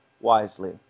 wisely